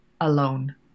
alone